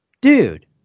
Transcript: dude